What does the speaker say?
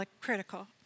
critical